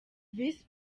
visi